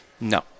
No